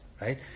right